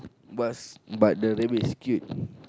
but but the rabbit is cute